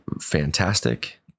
fantastic